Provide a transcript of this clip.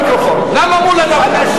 חבר הכנסת מולה, זאת פעם אחרונה.